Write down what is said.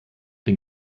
den